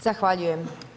Zahvaljujem.